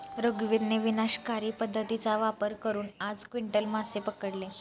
रघुवीरने विनाशकारी पद्धतीचा वापर करून आठ क्विंटल मासे पकडले